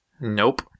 Nope